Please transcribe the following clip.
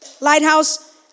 Lighthouse